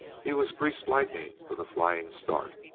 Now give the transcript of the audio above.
he was greased lightning with a flying start.